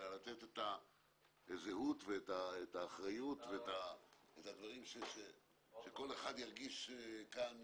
אלא לתת את הזהות ואת האחריות ושכל אחד ירגיש כאן